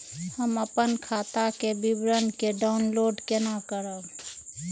हम अपन खाता के विवरण के डाउनलोड केना करब?